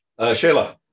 Shayla